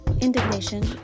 Indignation